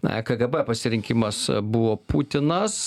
na kgb pasirinkimas buvo putinas